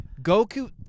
Goku